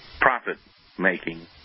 profit-making